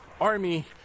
army